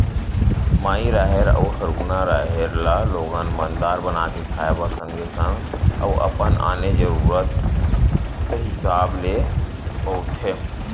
माई राहेर अउ हरूना राहेर ल लोगन मन दार बना के खाय बर सगे संग अउ अपन आने जरुरत हिसाब ले बउरथे